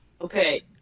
okay